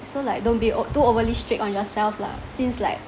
so like don't be o~ too overly strict on yourself lah since like